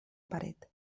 pared